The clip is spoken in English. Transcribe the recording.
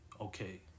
okay